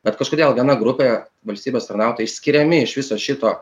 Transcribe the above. bet kažkodėl viena grupė valstybės tarnautojai išskiriami iš viso šito